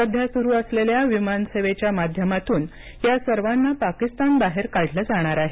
सध्या सुरू असलेल्या विमान सेवेच्या माध्यमातून या सर्वांना पाकिस्तानबाहेर काढलं जाणार आहे